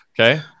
okay